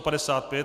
55.